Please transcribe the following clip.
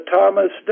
Thomas